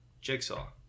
Jigsaw